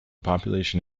population